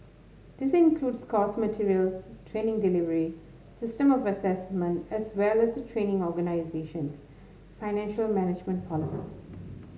decide includes course materials training delivery system of assessment as well as training organisation's financial management policies